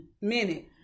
minute